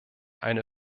eine